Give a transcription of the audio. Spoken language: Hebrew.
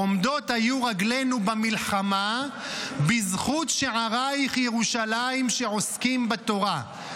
עמדות היו רגלינו במלחמה בזכות שעריך ירושלים שעוסקים בתורה.